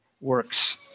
works